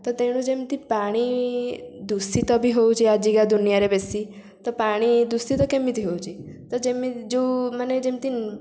ତ ତେଣୁ ଯେମିତି ପାଣି ଦୂଷିତ ବି ହେଉଛି ଆଜିକା ଦୁନିଆରେ ବେଶୀ ତ ପାଣି ଦୂଷିତ କେମିତି ହେଉଛି ତ ଯେଉଁମାନେ ଯେମିତି